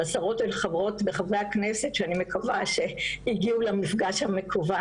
השרות וחברות וחברי הכנסת שאני מקווה שהגיעו למפגש המקוון,